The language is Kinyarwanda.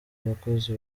abakozi